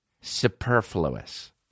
Superfluous